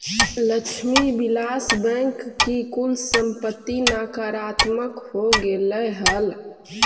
Lakshmi Vilas bank की कुल संपत्ति नकारात्मक हो गेलइ हल